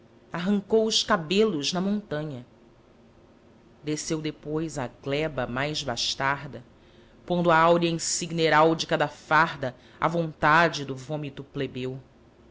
arrancou os cabelos na montanha desceu depois à gleba mais bastarda pondo a áurea insígnia heráldica da farda à vontade do vômito plebeu